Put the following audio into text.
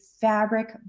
fabric